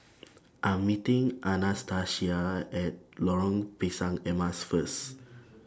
I'm meeting Anastacia Are At Lorong Pisang Emas First